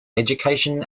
education